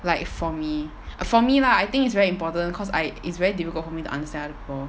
like for me for me lah I think is very important because I it's very difficult for me to understand other people